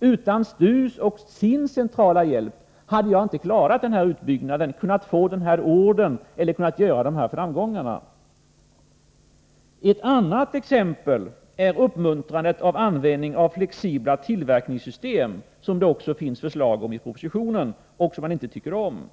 utan STU:s och SIND:s centrala hjälp, hade jag inte klarat den här utbyggnaden, kunnat få den här ordern eller kunnat nå de här framgångarna. Ett annat exempel är uppmuntrandet av användning av flexibla tillverkningssystem, som det också finns förslag om i propositionen och som man inte tycker om.